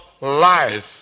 life